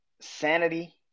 sanity